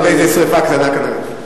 בוא נכבה איזו שרפה קטנה כזאת.